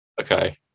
Okay